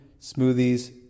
smoothies